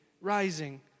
rising